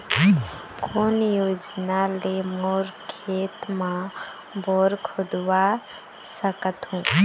कोन योजना ले मोर खेत मा बोर खुदवा सकथों?